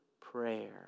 prayer